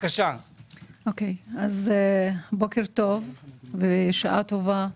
בוקר טוב ושעה טובה.